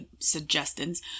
suggestions